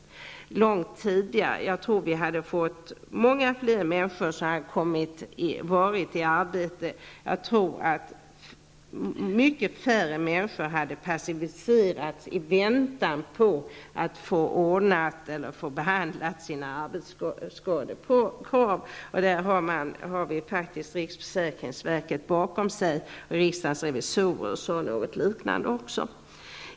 Om så hade skett skulle långt fler människor, tror jag, ha kunnat komma i arbete och långt färre människor ha passiviserats i väntan på att deras arbetsskadekrav behandlas. Där har vi faktiskt riksförsäkringsverkets stöd. Dessutom har riksdagens revisorer uttalat sig på liknande sätt.